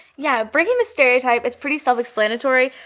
yeah, breakingthestereotype is pretty self-explanatory,